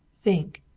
think!